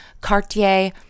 Cartier